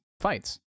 fights